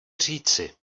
říci